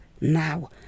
now